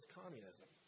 communism